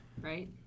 Right